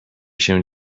się